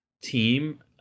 team